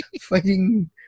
fighting